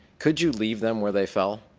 could you leave them where they fell?